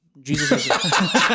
Jesus